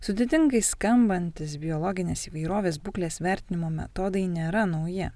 sudėtingai skambantys biologinės įvairovės būklės vertinimo metodai nėra nauji